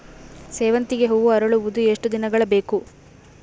ಸೇವಂತಿಗೆ ಹೂವು ಅರಳುವುದು ಎಷ್ಟು ದಿನಗಳು ಬೇಕು?